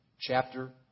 chapter